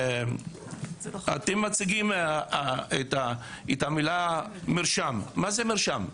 אתם מציגים את המילה מרשם, מה זה מרשם?